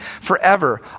forever